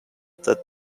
that